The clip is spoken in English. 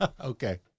okay